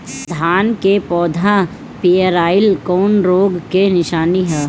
धान के पौधा पियराईल कौन रोग के निशानि ह?